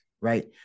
right